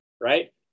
right